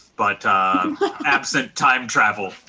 but absent time travel,